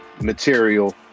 material